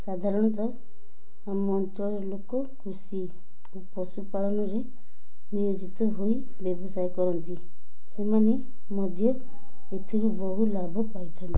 ସାଧାରଣତଃ ଆମ ଅଞ୍ଚଳର ଲୋକ କୃଷିକୁ ପଶୁପାଳନରେ ନିୟୋଜିତ ହୋଇ ବ୍ୟବସାୟ କରନ୍ତି ସେମାନେ ମଧ୍ୟ ଏଥିରୁ ବହୁ ଲାଭ ପାଇଥାନ୍ତି